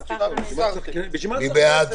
הסתייגות מס' 3. מי בעד ההסתייגות?